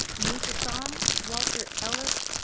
louisa salm, walter ellis,